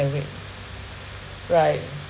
can wait right